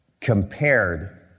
compared